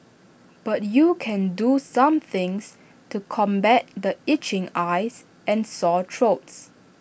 but you can do some things to combat the itching eyes and sore throats